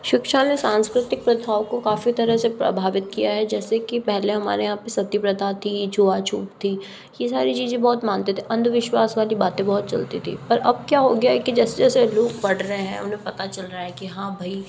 शिक्षा ने सांस्कृतिक प्रथाओं को काफ़ी तरह से प्रभावित किया है जैसे कि पहले हमारे यहाँ पे सती प्रथा थी छुआ छूत थी ये सारी चीज़ें बहुत मानते थे अंधविश्वास वाली बातें बहुत चलती थीं पर अब क्या हो गया है कि जैसे जैसे लोग पढ़ रहे हैं और उन्हें पता चल रहा है कि हैं भई